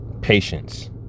Patience